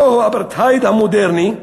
זהו האפרטהייד המודרני,